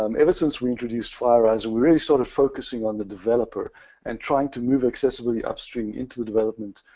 um ever since we introduced fireeyes we're really sort of focusing on the developer and trying to move accessibility upstream into the development,